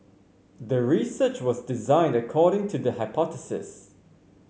the research was designed according to the hypothesis